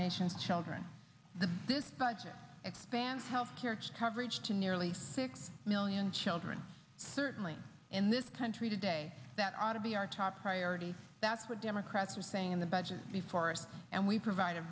nation's children this budget expands health care coverage to nearly six million children certainly in this country today that ought to be our top priority that's what democrats are saying in the budget before us and we provide a